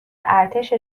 ارتش